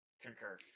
Concur